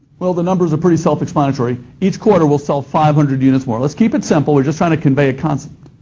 well the numbers are pretty self-explanatory. each quarter we'll sell five hundred units more. let's keep it simple. we're just trying to convey a concept.